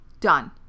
Done